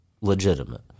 legitimate